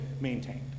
maintained